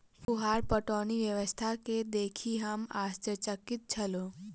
फुहार पटौनी व्यवस्था के देखि हम आश्चर्यचकित छलौं